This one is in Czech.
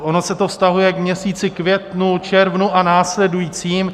Ono se to vztahuje k měsíci květnu, červnu a následujícím.